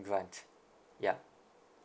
grant ya